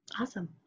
Awesome